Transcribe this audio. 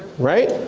right?